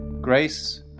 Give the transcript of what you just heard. Grace